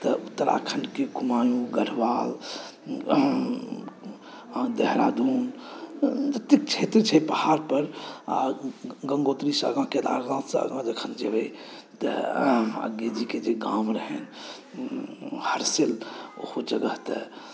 तऽ उत्तराखंडकेॅं कुमायूँ गढ़वाल देहरादून जतेक क्षेत्र छै पहाड़ पर आ गंगोत्रीसॅं आगाँ केदारनाथसॅं आगाँ जखन जेबै तऽ अज्ञेयजीक जे के जे गाम रहनि हरसिल ओ जगह तऽ